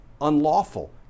unlawful